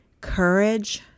courage